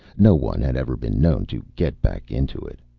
no one had ever been known to get back into it.